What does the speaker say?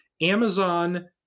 Amazon